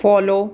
follow